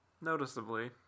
Noticeably